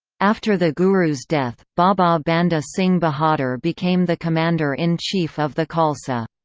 after the guru's death, baba banda singh bahadur became the commander-in-chief of the khalsa.